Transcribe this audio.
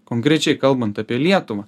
konkrečiai kalbant apie lietuvą